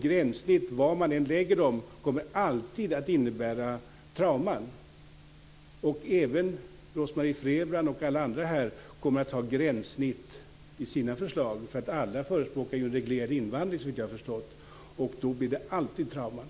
Gränssnitt kommer alltid, var man än lägger dem, att innebära trauman. Även Rose-Marie Frebran och alla andra här kommer att ha gränssnitt i sina förslag. Alla förespråkar ju en reglerad invandring, såvitt jag har förstått. Då blir det alltid trauman.